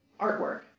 artwork